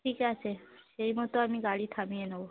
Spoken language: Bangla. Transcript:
ঠিক আছে সেই মতো আমি গাড়ি থামিয়ে নেব